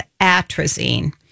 atrazine